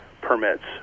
permits